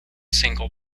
single